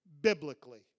biblically